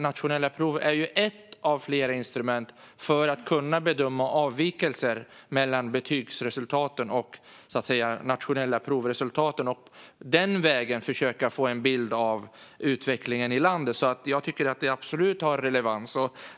Nationella prov är ett av flera instrument för att kunna bedöma avvikelser mellan betygsresultaten och de nationella provresultaten och den vägen försöka få en bild av utvecklingen i landet. Jag tycker absolut att det har relevans.